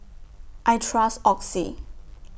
I Trust Oxy